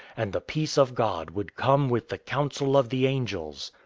and the peace of god would come with the counsel of the angels.